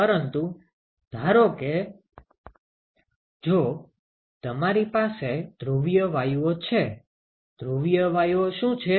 પરંતુ ધારો કે જો મારી પાસે ધ્રુવીય વાયુઓ છે ધ્રુવીય વાયુઓ શુ છે